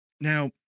Now